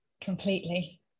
completely